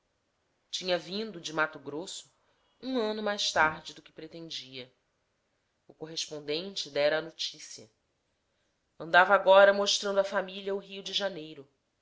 tinha vindo de mato grosso um ano mais tarde do que pretendia o correspondente dera a noticia andava agora mostrando à família o rio de janeiro